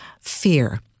Fear